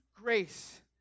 grace